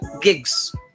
gigs